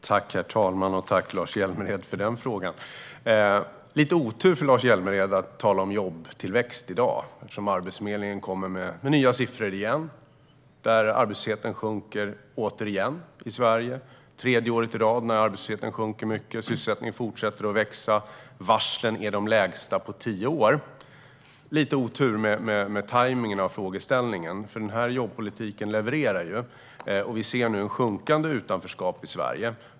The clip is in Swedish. Herr talman! Tack för den frågan, Lars Hjälmered! Det är lite otursamt för Lars Hjälmered att tala om jobbtillväxt i dag eftersom Arbetsförmedlingen har kommit med nya siffror som visar att arbetslösheten återigen sjunker i Sverige. Det är tredje året i rad där arbetslösheten sjunker mycket och sysselsättningen fortsätter att växa. Varslen är de lägsta på tio år. Det är lite otur med tajmningen av frågeställningen, för vår jobbpolitik levererar ju. Vi ser nu ett minskande utanförskap i Sverige.